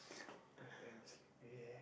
I damn sleepy eh